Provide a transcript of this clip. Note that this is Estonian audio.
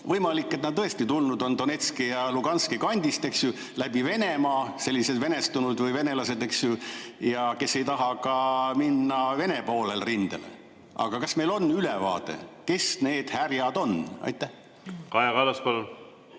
Võimalik, et nad tõesti on tulnud Donetski ja Luhanski kandist, eks ju, läbi Venemaa, sellised venestunud või venelased, eks ju, kes ei taha minna Vene poolel rindele. Aga kas meil on ülevaade, kes need härjad on? Kaja